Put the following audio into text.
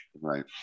Right